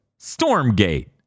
Stormgate